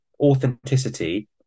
authenticity